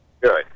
Good